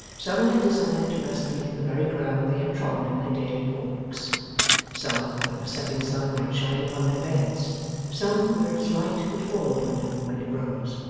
some had desired to rest beneath the very ground they had trodden in their daily walks some, where the setting sun might shine upon their beds some, where its light would fall upon them when it rose.